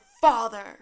father